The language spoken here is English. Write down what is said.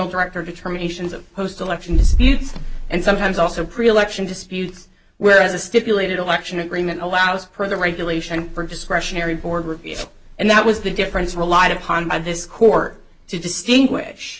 director determinations of post election disputes and sometimes also pre election disputes whereas a stipulated election agreement allows per the regulation for a discretionary board review and that was the difference relied upon by this court to distinguish